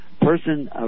person